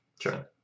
Sure